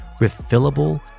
refillable